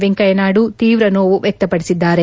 ವೆಂಕಯ್ಯನಾಯ್ಡು ತೀವ್ರ ನೋವು ವಕ್ಷಪಡಿಸಿದ್ದಾರೆ